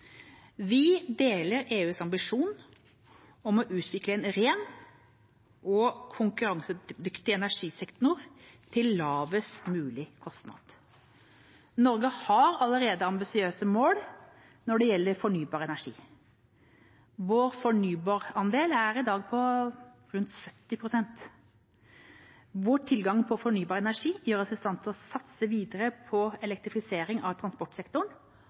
Vi deler EUs ambisjon om å utvikle en ren og konkurransedyktig energisektor til lavest mulig kostnad. Norge har allerede ambisiøse mål når det gjelder fornybar energi. Vår fornybarandel er i dag på rundt 70 pst. God tilgang på fornybar energi gjør oss i stand til å satse videre på elektrifisering av transportsektoren